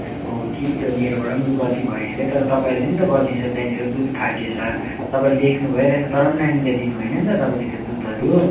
हो कि त्यो मेरोबाट पनि लु गल्ती भयो हरे तर तपाईँले त गल्ती छ त्यहाँनिर दुध फाटेछ तपाईँले देख्नु भइरहेको छ तर पनि नानीलाई दिनु भएन नि त तपाईँले त्यो दुधहरू